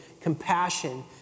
compassion